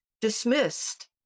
dismissed